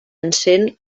encén